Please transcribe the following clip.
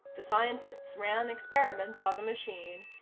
the scientists ran experiments on the machine,